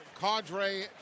Cadre